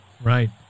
Right